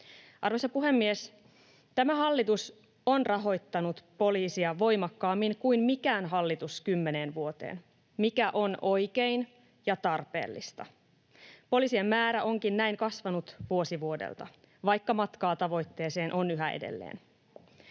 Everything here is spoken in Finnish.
Arvoisa puhemies! Tämä hallitus on rahoittanut poliisia voimakkaammin kuin mikään hallitus kymmeneen vuoteen, mikä on oikein ja tarpeellista. Poliisien määrä onkin näin kasvanut vuosi vuodelta, vaikka matkaa tavoitteeseen on yhä edelleen.